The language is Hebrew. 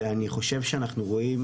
אני חושב שאנחנו רואים